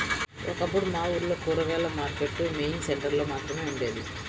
ఒకప్పుడు మా ఊర్లో కూరగాయల మార్కెట్టు మెయిన్ సెంటర్ లో మాత్రమే ఉండేది